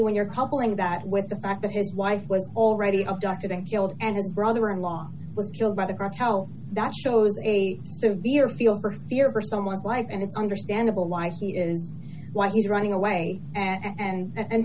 when you're covering that with the fact that his wife was already abducted and killed and his brother in law was killed by the cartel that shows a severe feel for fear for someone's life and it's understandable why he is why he's running away and